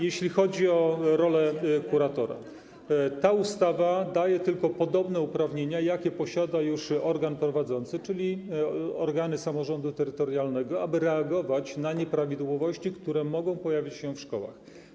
Jeśli chodzi o rolę kuratora, ta ustawa daje tylko uprawnienia podobne do tych, jakie posiada już organ prowadzący, czyli organy samorządu terytorialnego, tak aby móc reagować na nieprawidłowości, które mogą pojawić się w szkołach.